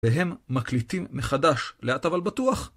והם מקליטים מחדש, לאט אבל בטוח.